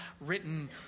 written